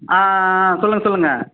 ஆ ஆ ஆ சொல்லுங்கள் சொல்லுங்கள்